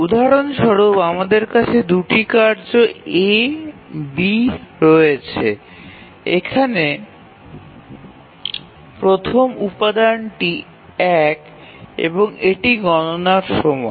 উদাহরণ স্বরূপ আমাদের কাছে দুটি কার্য A B রয়েছে এবং এখানে প্রথম উপাদানটি ১এবং এটি গণনার সময়